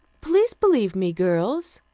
please believe me, girls.